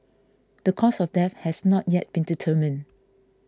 the cause of death has not yet been determined